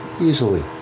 easily